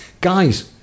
guys